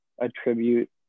attribute